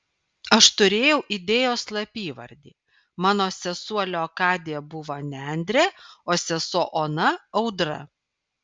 aš turėjau idėjos slapyvardį mano sesuo leokadija buvo nendrė o sesuo ona audra